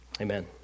Amen